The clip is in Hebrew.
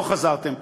לא חזרתם.